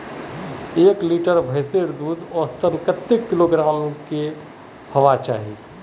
एक लीटर भैंसेर दूध औसतन कतेक किलोग्होराम ना चही?